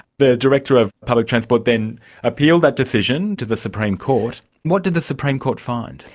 the director of public transport then appealed that decision to the supreme court. what did the supreme court find?